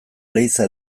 leiza